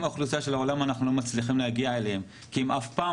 זו אוכלוסייה שאנחנו לעולם לא מצליחים להגיע אליה כי הם אף פעם